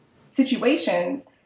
situations